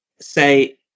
say